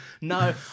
no